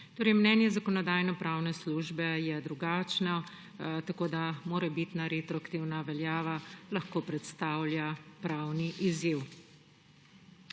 Mnenje Zakonodajno-pravne službe je drugačno, tako da morebitna retroaktivna veljava lahko predstavlja pravni izziv.